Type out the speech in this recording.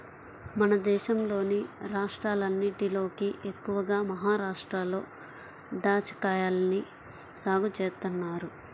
మన దేశంలోని రాష్ట్రాలన్నటిలోకి ఎక్కువగా మహరాష్ట్రలో దాచ్చాకాయల్ని సాగు చేత్తన్నారు